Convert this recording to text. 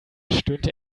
stöhnte